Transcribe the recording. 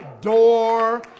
door